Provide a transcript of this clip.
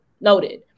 noted